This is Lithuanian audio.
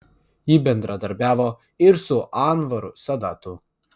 ji bendradarbiavo ir su anvaru sadatu